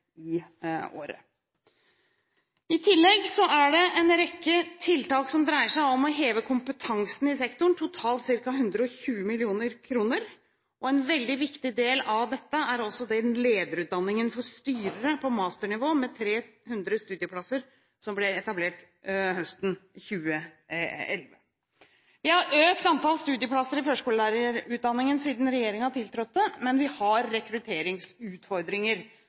i året. I tillegg er det en rekke tiltak som dreier seg om å heve kompetansen i sektoren, totalt ca. 120 mill. kr. En veldig viktig del av dette er også lederutdanningen for styrere på masternivå, med 300 studieplasser, som ble etablert høsten 2011. Vi har økt antall studieplasser i førskolelærerutdanningen siden regjeringen tiltrådte, men vi har rekrutteringsutfordringer